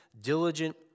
diligent